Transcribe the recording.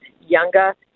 younger